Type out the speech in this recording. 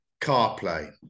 CarPlay